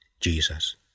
Jesus